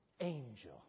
angel